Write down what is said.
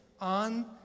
on